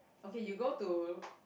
okay you go to